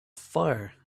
fire